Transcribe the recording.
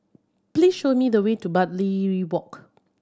please show me the way to Bartley Walk